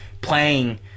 playing